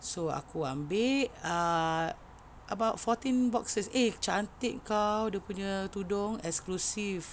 so aku ambil uh about fourteen boxes eh cantik kau dia punya tudung exclusive